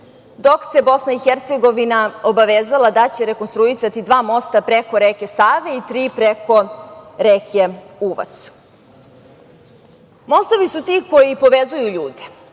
dok se BiH obavezala da će rekonstruisati dva mosta preko reke Save i tri preko reke Uvac. Mostovi su ti koji povezuju ljude,